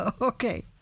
Okay